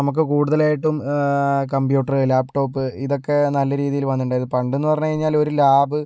നമുക്ക് കൂടുതലായിട്ടും computer laptop ഇതൊക്കെ നല്ല രീതിയിൽ വന്നിട്ടണ്ടായിരുന്നു പണ്ടെന്ന് പറഞ്ഞ് കഴിഞ്ഞാൽ ഒരു ലാബ്